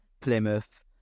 Plymouth